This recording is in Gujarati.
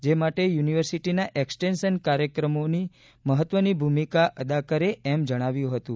જે માટે યુનિવર્સિટીના એક્સટેન્શન કાર્યક્રમો મહત્વની ભૂમિકા અદા કરે એમ જણાવ્યું હતું